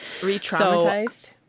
Retraumatized